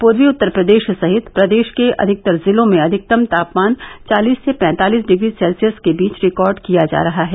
पूर्वी उत्तर प्रदेष सहित प्रदेष के अधिकतर जिलों में अधिकतम तापमान चालिस से पैंतालिस डिग्री सेल्सियस के बीच रिकार्ड किया जा रहा है